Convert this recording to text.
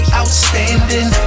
outstanding